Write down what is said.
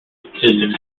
succeed